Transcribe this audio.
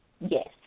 Yes